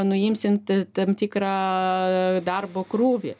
nuimsint tam tikrą darbo krūvį